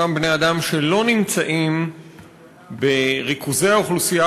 אותם בני-אדם שלא נמצאים בריכוזי האוכלוסייה